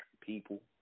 people